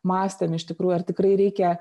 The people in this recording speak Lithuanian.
mąstėm iš tikrųjų ar tikrai reikia